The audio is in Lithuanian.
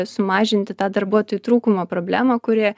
sumažinti tą darbuotojų trūkumo problemą kuri